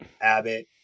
Abbott